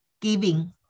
giving